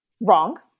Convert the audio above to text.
wrong